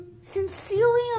Sincerely